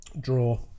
draw